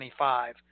25